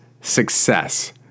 success